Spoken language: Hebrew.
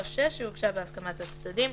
או (6), שהוגשה בהסכמת הצדדים.